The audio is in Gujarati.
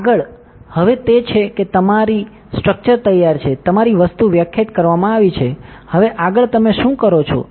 આગળ હવે તે છે કે તમારી સ્ટ્રક્ચર તૈયાર છે તમારી વસ્તુ વ્યાખ્યાયિત કરવામાં આવી છે હવે આગળ તમે શું કરો છો